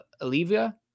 Olivia